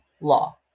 law